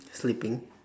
sleeping